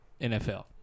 NFL